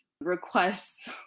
requests